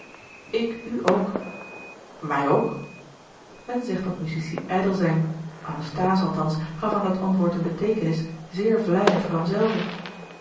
ik u ook mij ook men zegt dat musici ijdel zijn anasthase althans gaf aan dat antwoord eene beteekenis zeer vleiend voor hem